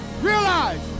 Realize